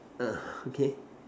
ah okay